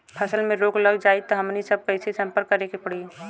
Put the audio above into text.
फसल में रोग लग जाई त हमनी सब कैसे संपर्क करें के पड़ी?